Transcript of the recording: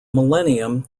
millennium